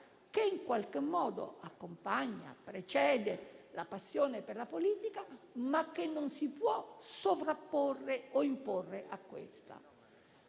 che in qualche modo accompagna e precede la passione per la politica, non si può sovrapporre o imporre a questa.